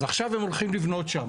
אז עכשיו הם הולכים לבנות שם,